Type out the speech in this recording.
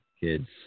kids